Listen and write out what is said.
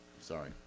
sorry